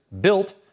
built